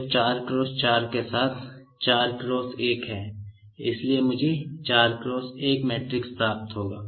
तो 4 × 4 के साथ यह 4 × 1 है इसलिए मुझे यह 4 × 1 मैट्रिक्स प्राप्त होगा